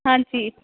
ਹਾਂਜੀ